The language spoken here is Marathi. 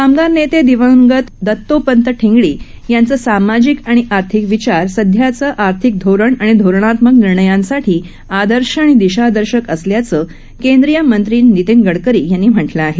कामगार नेते दिवंगत दत्तोपंत ठेंगडी यांचे सामाजिक आणि आर्थिक विचार सध्याचं आर्थिक धोरण आणि धोरणात्मक निर्णयांसाठी आदर्श आणि दिशादर्शक असल्याचं केंद्रीय मंत्री नितीन गडकरी यांनी म्हटलं आहे